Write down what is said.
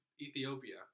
Ethiopia